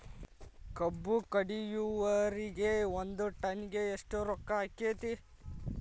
ಕಬ್ಬು ಕಡಿಯುವರಿಗೆ ಒಂದ್ ಟನ್ ಗೆ ಎಷ್ಟ್ ರೊಕ್ಕ ಆಕ್ಕೆತಿ?